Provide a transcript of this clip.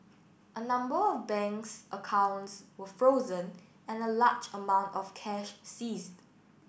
a number of banks accounts were frozen and a large amount of cash seized